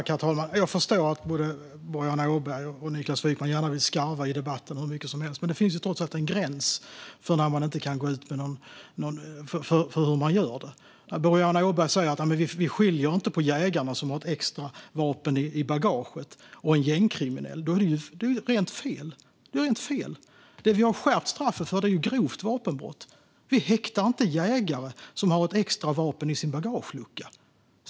Herr talman! Jag förstår att både Boriana Åberg och Niklas Wykman gärna vill skarva hur mycket som helst i debatten. Men det finns trots allt en gräns för hur man gör det. Boriana Åberg säger att vi inte skiljer mellan en jägare som har ett extravapen i bagaget och en gängkriminell. Detta är rent fel. Det vi har skärpt straffet för är grovt vapenbrott. Vi häktar inte jägare som har ett extravapen i sin bagagelucka.